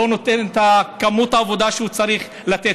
לא נותן את כמות העבודה שהוא צריך לתת,